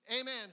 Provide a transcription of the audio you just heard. amen